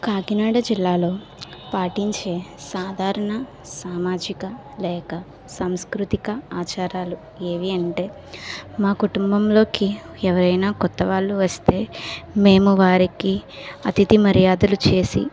కాకినాడ జిల్లాలో పాటించే సాధారణ సామాజిక లేక సంస్కృతిక ఆచారాలు ఏవి అంటే మా కుటుంబంలోకి ఎవరైనా కొత్త వాళ్ళు వస్తే మేము వారికి అతిథి మర్యాదలు చేసి